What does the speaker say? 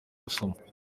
gusoma